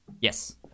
Yes